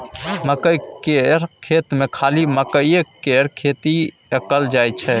मकई केर खेत मे खाली मकईए केर खेती कएल जाई छै